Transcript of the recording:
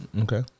Okay